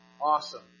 Awesome